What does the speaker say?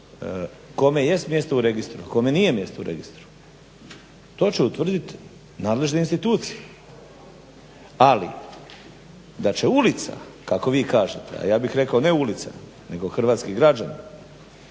kome jest mjesto u registru, a kome nije to će utvrdit nadležne institucije ali da će ulica kako vi kažete a ja bih rekao ne ulica nego hrvatski građani